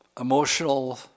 emotional